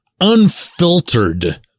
Unfiltered